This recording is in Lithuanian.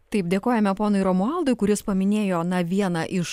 taip dėkojame ponui romualdui kuris paminėjo na vieną iš